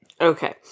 Okay